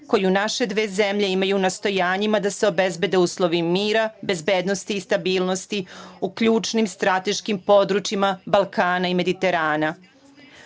koju naše dve zemlje imaju, nastojanjima da se obezbede uslovi mira, bezbednosti i stabilnosti u ključnim strateškim područjima Balkana i Mediterana. Kao